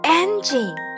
engine